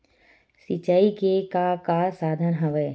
सिंचाई के का का साधन हवय?